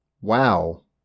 wow